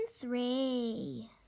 three